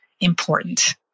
important